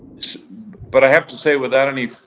but i have to say without any,